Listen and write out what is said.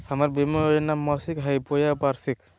हमर बीमा योजना मासिक हई बोया वार्षिक?